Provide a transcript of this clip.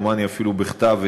דומני אפילו בכתב,